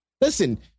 Listen